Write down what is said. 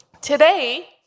Today